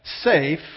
safe